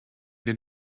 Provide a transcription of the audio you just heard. did